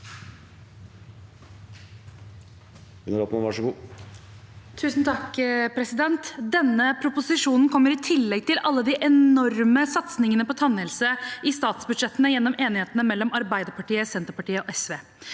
(A) Denne propo- sisjonen kommer i tillegg til alle de enorme satsingene på tannhelse i statsbudsjettene, gjennom enighetene mellom Arbeiderpartiet, Senterpartiet og SV.